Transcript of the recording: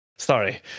Sorry